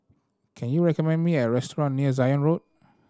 can you recommend me a restaurant near Zion Road